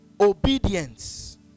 obedience